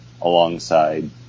alongside